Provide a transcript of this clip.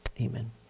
Amen